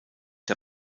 der